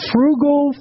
Frugal